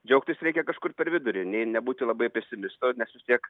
džiaugtis reikia kažkur per vidurį nei nebūti labai pesimistu nes vis tiek